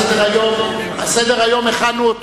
את סדר-היום הכנו,